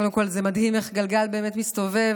קודם כול, זה מדהים איך גלגל באמת מסתובב.